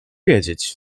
wiedzieć